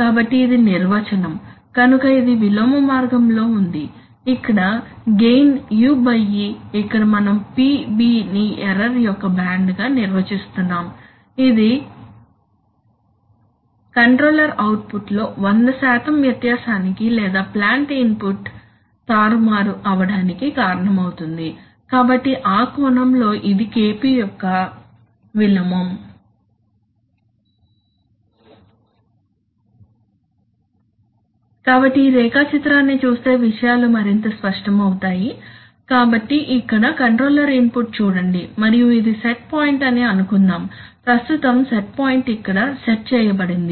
కాబట్టి ఇది నిర్వచనం కనుక ఇది విలోమ మార్గంలో ఉంది ఇక్కడ గెయిన్ ue ఇక్కడ మనం PB ని ఎర్రర్ యొక్క బ్యాండ్గా నిర్వచిస్తున్నాము ఇది కంట్రోలర్ అవుట్పుట్లో వంద శాతం వ్యత్యాసానికి లేదా ప్లాంట్ ఇన్పుట్ తారుమారు అవడానికి కారణమవుతుంది కాబట్టి ఆ కోణంలో ఇది KP యొక్క విలోమం కాబట్టి ఈ రేఖాచిత్రాన్ని చూస్తే విషయాలు మరింత స్పష్టమవుతాయి కాబట్టి ఇక్కడ కంట్రోలర్ ఇన్పుట్ చూడండి మరియు ఇది సెట్ పాయింట్ అని అనుకుందాం ప్రస్తుతం సెట్ పాయింట్ ఇక్కడ సెట్ చేయబడింది